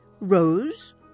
Rose